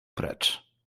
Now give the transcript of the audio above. precz